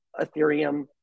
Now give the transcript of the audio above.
Ethereum